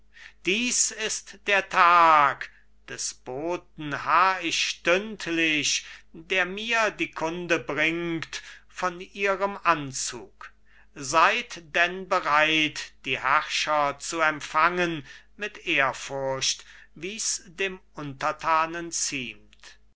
dies ist der tag des boten harr ich stündlich der mir die kunde bringt von ihrem anzug seid denn bereit die herrscher zu empfangen mit ehrfurcht wie's dem unterthanen ziemt